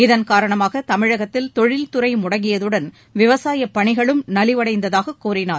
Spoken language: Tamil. இதன் காரணமாக தமிழகத்தில் தொழில்துறை முடங்கியதுடன் விவசாயப் பணிகளும் நலிவடைந்ததாக அவர் கூறினார்